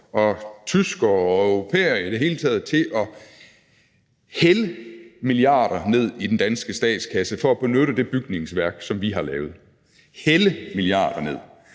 og tyskere og europæere i det hele taget til at hælde milliarder ned i den danske statskasse for at benytte det bygningsværk, som vi har lavet – hælde milliarder ned.